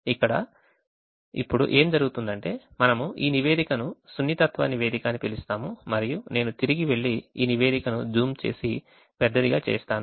ఇప్పుడు ఇక్కడ ఏమి జరుగుతుందంటే మనము ఈ నివేదికను సున్నితత్వ నివేదిక అని పిలుస్తాము మరియు నేను తిరిగి వెళ్లి ఈ నివేదికను జూమ్ చేసి పెద్దదిగా చేస్తాను